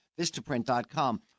Vistaprint.com